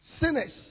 Sinners